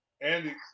Andy